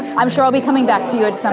i'm sure i'll be coming back to you at some